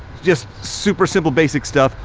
just super simple basic stuff,